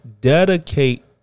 dedicate